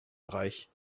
bereich